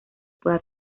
pueda